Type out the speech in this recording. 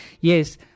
Yes